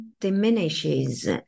diminishes